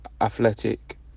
Athletic